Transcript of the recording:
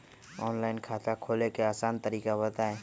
Online खाता खोले के आसान तरीका बताए?